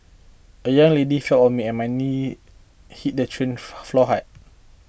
a young lady fell on me and my knee hit the train floor hard